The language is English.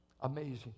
Amazing